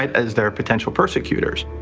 as their potential persecutors.